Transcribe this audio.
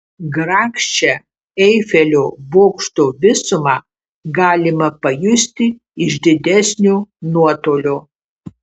grakščią eifelio bokšto visumą galima pajusti iš didesnio nuotolio